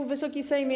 Wysoki Sejmie!